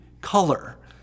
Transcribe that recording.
color